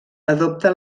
adopta